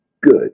good